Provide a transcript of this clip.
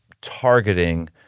targeting